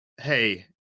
hey